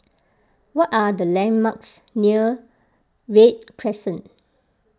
what are the landmarks near Read Crescent